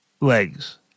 legs